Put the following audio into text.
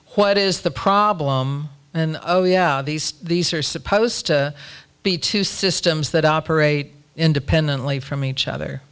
what is the problem and oh yeah these these are supposed to be two systems that operate independently from each other